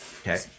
Okay